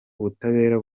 ubutabera